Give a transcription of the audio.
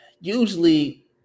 usually